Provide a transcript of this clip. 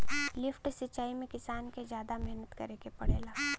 lift सिचाई में किसान के जादा मेहनत करे के पड़ेला